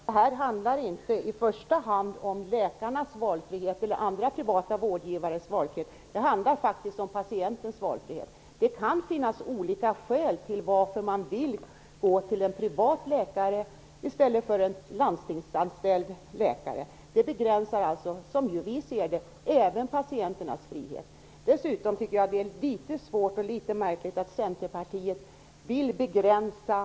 Herr talman! Detta handlar inte i första hand om läkarnas eller andra privata vårdgivares valfrihet. Det handlar faktiskt om patientens valfrihet. Det kan finnas olika skäl till att man vill anlita en privat läkare i stället för en landstingsanställd läkare. Det begränsar, som vi ser det, även patienternas frihet. Dessutom tycker jag att det är litet märkligt att Centerpartiet vill begränsa möjligheterna för människor inom dessa yrken att bedriva egen verksamhet - en småföretagarverksamhet.